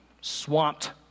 swamped